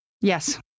Yes